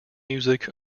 music